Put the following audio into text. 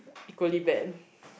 equally bad